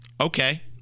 Okay